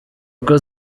uko